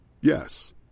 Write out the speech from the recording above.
Yes